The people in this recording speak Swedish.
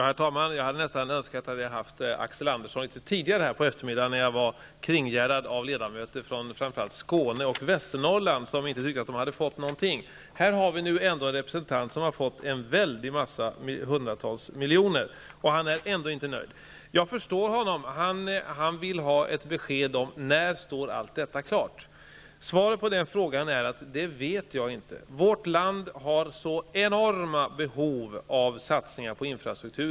Herr talman! Jag önskar nästan att Axel Andersson hade varit här litet tidigare på eftermiddagen när jag var kringgärdad av ledamöter från framför allt Skåne och Västernorrland vilka inte tyckte att de hade fått något. Axel Andersson representerar ändå en del av landet som har fått hundratals miljoner, men han är ändå inte nöjd. Jag förstår att han vill ha ett besked om när allt detta står klart. Svaret på den frågan är att jag inte vet det. Vårt land har så enorma behov av satsningar på infrastrukturen.